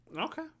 Okay